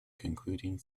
concluding